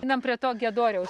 einam prie to giedoriaus